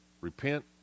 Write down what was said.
Repent